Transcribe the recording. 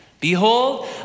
Behold